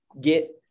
get